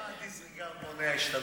למה ה- disregard מונע השתלבות?